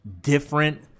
different